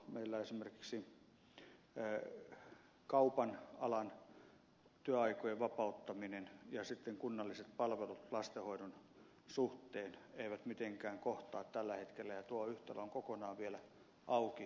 meillä esimerkiksi kaupan alan työaikojen vapauttaminen ja sitten kunnalliset palvelut lastenhoidon suhteen eivät mitenkään kohtaa tällä hetkellä ja tuo yhtälö on kokonaan vielä auki ja ajattelematta